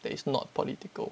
that is not political